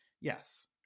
Yes